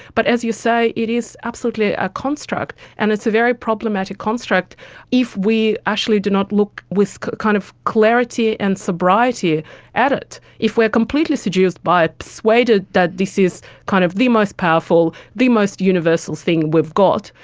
but as you say, it is absolutely a construct, and it's a very problematic construct if we actually do not look with kind of clarity and sobriety at it. if we are completely seduced by it, persuaded that this is kind of the most powerful, the most universal thing that we've got,